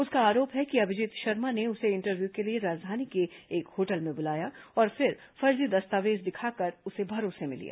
उसका आरोप है कि अभिजीत शर्मा ने उसे इंटरव्यू के लिए राजधानी के एक होटल में बुलाया और फिर फर्जी दस्तावेज दिखाकर उसे भरोसे में लिया